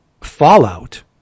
fallout